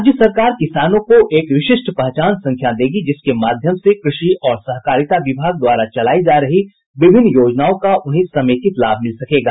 राज्य सरकार किसानों को एक विशिष्ट पहचान संख्या देगी जिसके माध्यम से कृषि और सहकारिता विभाग द्वारा चलायी जा रही विभिन्न योजनाओं का उन्हें समेकित लाभ मिल सकेगा